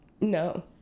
No